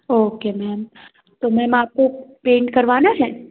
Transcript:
okay ma'am तो ma'am आपको paint करवाना है